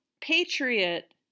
Patriot